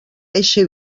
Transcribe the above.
eixe